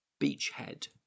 Beachhead